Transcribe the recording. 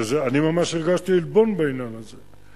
אני ממש הרגשתי עלבון בעניין הזה.